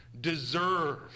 deserve